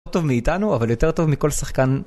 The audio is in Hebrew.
יותר טוב מאיתנו אבל יותר טוב מכל שחקן